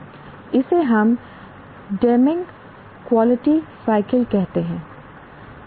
इसे हम Deming quality cycle Demings Quality Cycle कहते हैं